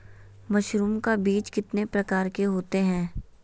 Mushroom का बीज कितने प्रकार के होते है?